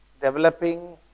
developing